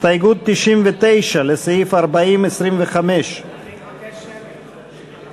הסתייגות 99 לסעיף 40(25) אני מבקש שמית.